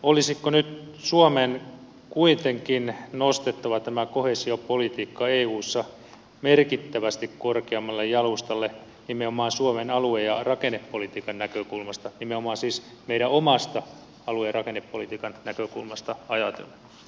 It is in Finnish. olisiko nyt suomen kuitenkin nostettava tämä koheesiopolitiikka eussa merkittävästi korkeammalle jalustalle nimenomaan suomen alue ja rakennepolitiikan näkökulmasta nimenomaan siis meidän omasta alue ja rakennepolitiikan näkökulmasta ajatellen